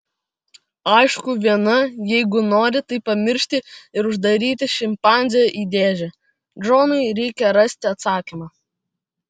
aišku viena jeigu nori tai pamiršti ir uždaryti šimpanzę į dėžę džonui reikia rasti atsakymą